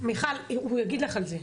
מיכל, הוא יגיד לך על זה.